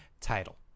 Title